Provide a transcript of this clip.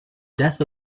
death